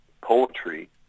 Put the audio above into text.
poetry